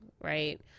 Right